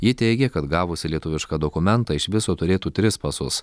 ji teigia kad gavusi lietuvišką dokumentą iš viso turėtų tris pasus